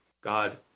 God